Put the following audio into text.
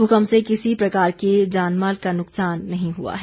भूकंप से किसी प्रकार के जानमाल का नुकसान नहीं हुआ है